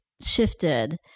shifted